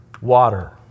water